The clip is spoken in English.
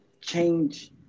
change